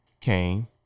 came